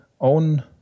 own